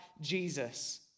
Jesus